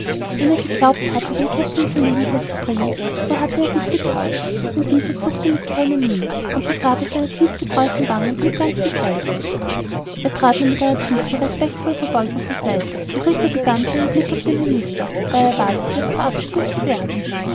wenn er geglaubt hatte den kapitän in verlegenheit zu bringen so hatte er sich getäuscht denn dieser zuckte mit keiner miene und die farbe seiner tief gebräunten wangen blieb ganz die gleiche er trat nur mit einer tiefen respektvollen verbeugung zur seite und richtete dann seinen blick auf den minister da er erwartete verabschiedet zu werden